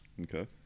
Okay